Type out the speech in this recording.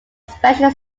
special